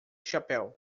chapéu